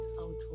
out